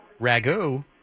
Ragu